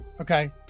okay